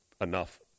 enough